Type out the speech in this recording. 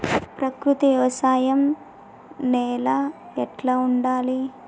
ప్రకృతి వ్యవసాయం నేల ఎట్లా ఉండాలి?